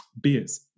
beers